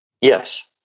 Yes